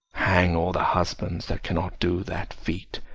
hang all the husbands that cannot do that feat,